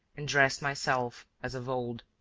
and dressed myself as of old.